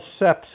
sepsis